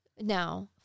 now